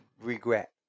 regret